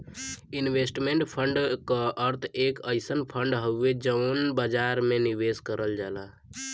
investment fund क अर्थ एक अइसन फण्ड से हउवे जौन बाजार में निवेश करल जाला